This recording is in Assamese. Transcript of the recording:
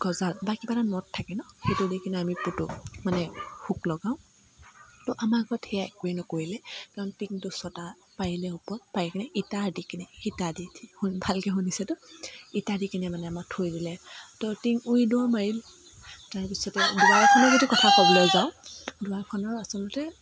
তাত গঁজাল বা কিবা এটা নট থাকে ন' সেইটো দি কিনে আমি পোতো মানে হুক লগাও ত' আমাৰ ঘৰত সেয়া একোৱেই নকৰিলে কাৰণ টিন দুছটা পাৰিলে ওপৰত পাৰি কিনে ইটাৰ দি কিনে ইটা দি ভালকে শুনিছেতো ইটা দি কিনে মানে আমাক থৈ গ'লে ত' টিন উৰি দৌৰ মাৰিল তাৰ পিছতে দুৱাৰখনৰ কথা যদি ক'বলৈ যাওঁ দুৱাৰখনৰ আচলতে